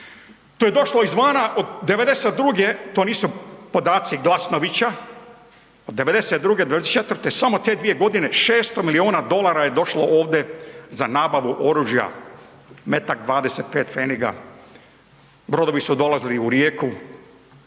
To je došlo iz vana od '92., to nisu podaci Glasnovića, od '92. do '94. samo te 2.g. 600 milijuna dolara je došlo ovde za nabavu oružja, metak 25 pfeniga. Brodovi su dolazili u Rijeku